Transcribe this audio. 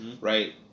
right